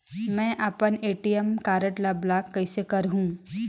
मै अपन ATM card ल ब्लाक कइसे करहूं?